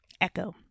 echo